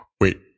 Wait